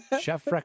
Chef